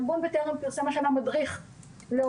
ארגון "בטרם" פרסם השנה מדריך להורים,